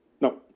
No